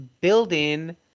building